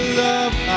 love